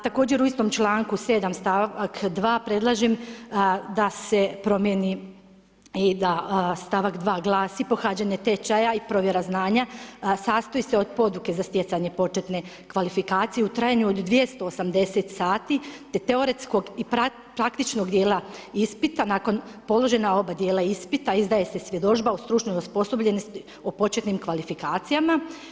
Također u istom članku 7. stavak 2. predlažem da se promjeni i da stavak 2. glasi pohađanje tečaja i provjera znanja sastoji se od poduke za stjecanja početne kvalifikacije u trajanju od 280 sati te teoretskog i praktičkog dijela ispita nakon položena oba dijela ispita izdaje se svjedodžba o stručnoj osposobljenosti o početnim kvalifikacijama.